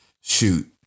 shoot